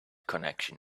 connection